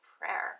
prayer